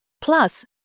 plus